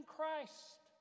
Christ